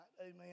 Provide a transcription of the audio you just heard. Amen